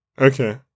Okay